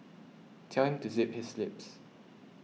tell him to zip his lips